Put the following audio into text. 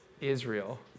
Israel